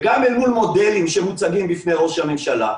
גם אל מול מודלים שמוצגים בפני ראש הממשלה,